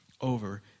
over